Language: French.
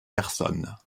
personnes